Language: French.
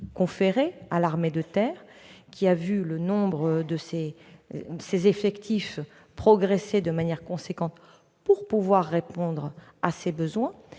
conférés à l'armée de terre, qui a vu le nombre de ses effectifs progresser de manière importante pour pouvoir répondre à ses besoins.